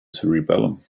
cerebellum